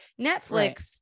Netflix